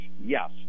Yes